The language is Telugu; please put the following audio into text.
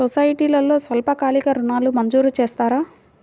సొసైటీలో స్వల్పకాలిక ఋణాలు మంజూరు చేస్తారా?